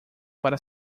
para